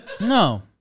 No